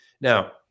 Now